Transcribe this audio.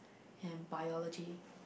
and biology